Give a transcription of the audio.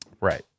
right